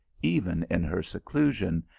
even in her seclusion,